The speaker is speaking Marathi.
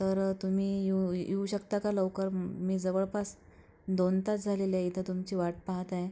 तर तुम्ही येऊ येऊ शकता का लवकर मी जवळपास दोन तास झालेले आहे इथं तुमची वाट पहात आहे